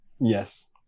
yes